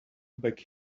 back